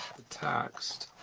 the text